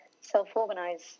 self-organize